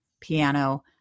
piano